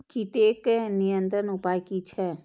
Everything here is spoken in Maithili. कीटके नियंत्रण उपाय कि छै?